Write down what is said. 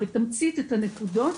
בתמצית את הנקודות,